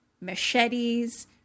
machetes